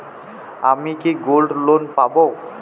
আমি কি gold loan পাবো?